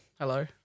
hello